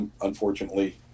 unfortunately